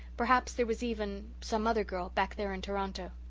perhaps there was even some other girl back there in toronto.